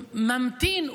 ממתין,